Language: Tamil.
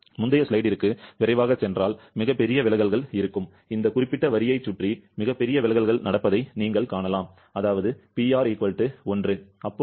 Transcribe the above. முந்தைய ஸ்லைடிற்கு விரைவாகச் சென்றால் மிகப்பெரிய விலகல்கள் இந்த குறிப்பிட்ட வரியைச் சுற்றி மிகப்பெரிய விலகல்கள் நடப்பதை நீங்கள் காணலாம் அதாவது PR 1 போது